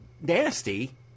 nasty